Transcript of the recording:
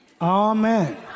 Amen